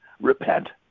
repent